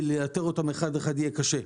ולאתר אותם אחד אחד יהיה קשה.